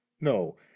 no